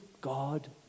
God